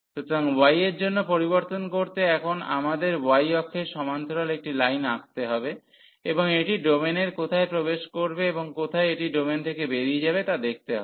সুতরাং y এর জন্য পরিবর্তন করতে এখন আমাদের y অক্ষের সমান্তরাল একটি লাইন আঁকতে হবে এবং এটি ডোমেনের কোথায় প্রবেশ করবে এবং কোথায় এটি ডোমেন থেকে বেরিয়ে যাবে তা দেখতে হবে